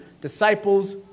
disciples